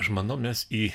aš manau mes į